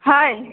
हइ